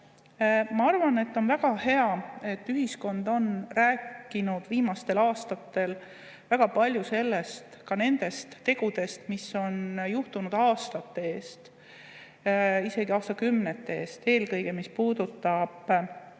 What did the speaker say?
Ma arvan, et on väga hea, et ühiskond on rääkinud viimastel aastatel väga palju ka nendest tegudest, mis on juhtunud aastate eest, isegi aastakümnete eest. Eelkõige puudutab